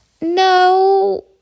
No